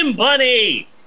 Bunny